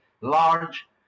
large